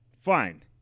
Fine